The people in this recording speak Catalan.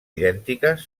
idèntiques